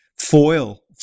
foil